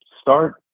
start